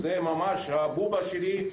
זו ממש הבובה שלי,